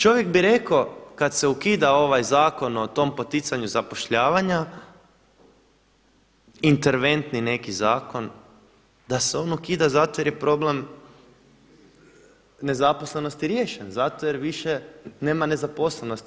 Čovjek bi rekao kada se ukida ovaj zakon o tom poticanju zapošljavanja, interventni neki zakon da se on ukida zato jer je problem nezaposlenosti riješen, zato jer više nema nezaposlenosti.